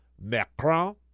Macron